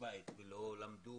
בבית ולא למדו,